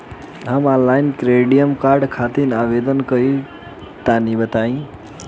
हम online credit card खातिर आवेदन कइसे करि तनि बताई?